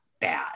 bad